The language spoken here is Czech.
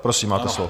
Prosím, máte slovo.